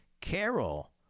Carol